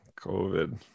COVID